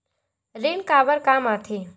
ऋण काबर कम आथे?